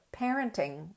parenting